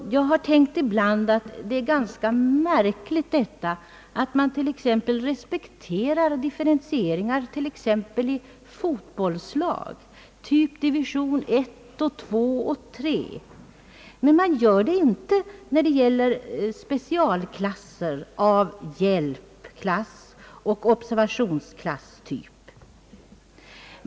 Jag har ibland tänkt på att det är ganska märkligt att man respekterar differentieringar t.ex. av fotbollslag, typ division I, II och III, men inte gör det när det gäller specialklasser av hjälpklassoch observationsklasstyp.